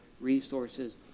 resources